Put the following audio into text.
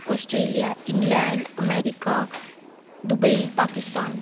Australia England America Dubai Pakistan